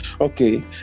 Okay